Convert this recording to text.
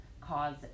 cause